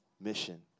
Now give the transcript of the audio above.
mission